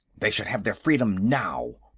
they should have their freedom now.